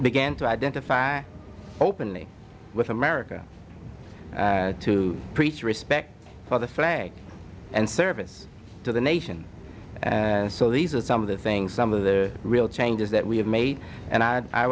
began to identify openly with america to preach respect for the flag and service to the nation and so these are some of the things some of the real changes that we have made and i